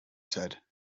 said